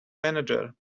manager